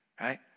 Right